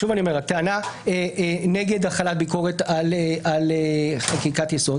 שוב אני אומר שהטענה נגד החלת ביקורת על חקיקת יסוד,